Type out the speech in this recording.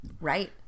Right